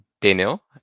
Daniel